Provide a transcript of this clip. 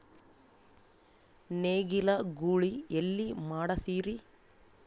ನೇಗಿಲ ಗೂಳಿ ಎಲ್ಲಿ ಮಾಡಸೀರಿ?